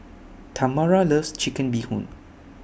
Tamara loves Chicken Bee Hoon